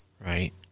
Right